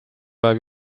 päev